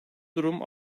durum